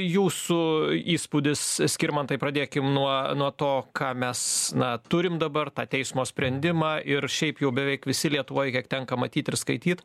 jūsų įspūdis skirmantai pradėkim nuo nuo to ką mes na turim dabar tą teismo sprendimą ir šiaip jau beveik visi lietuvoj kiek tenka matyt ir skaityt